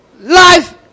life